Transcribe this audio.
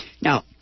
now